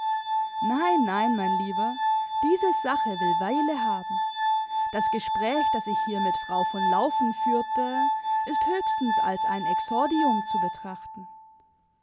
nein nein mein lieber diese sache will weile haben das gespräch das ich hier mit frau von laufen führte ist höchstens als ein exordium zu betrachten